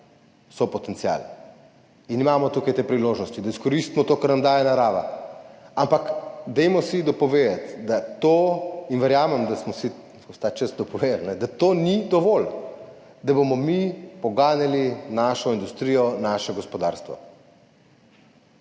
so potencial. Imamo te priložnosti, da izkoristimo to, kar nam daje narava. Dajmo si dopovedati, in verjamem, da smo si skozi ta čas dopovedali, da to ni dovolj, da bomo mi poganjali našo industrijo, naše gospodarstvo.